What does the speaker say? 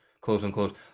quote-unquote